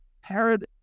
Herod